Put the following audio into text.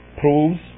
proves